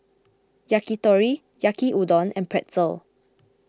Yakitori Yaki Udon and Pretzel